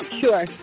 Sure